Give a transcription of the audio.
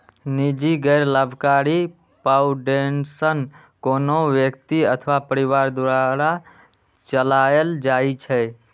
निजी गैर लाभकारी फाउंडेशन कोनो व्यक्ति अथवा परिवार द्वारा चलाएल जाइ छै